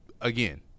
again